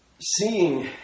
seeing